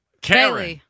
Karen